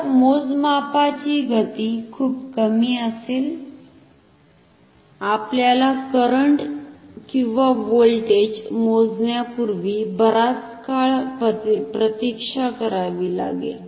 तर मोजमापाची गती खूप कमी असेल आपल्याला करंट किंवा व्होल्टेज मोजण्यापूर्वी बराच काळ प्रतीक्षा करावी लागेल